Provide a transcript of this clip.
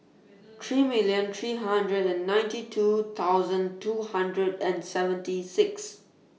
three million three hundred and ninety two thousand two hundred and seventy six